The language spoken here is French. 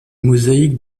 mosaïques